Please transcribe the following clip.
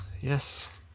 Yes